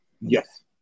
Yes